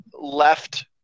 left